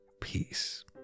peace